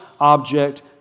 object